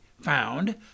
found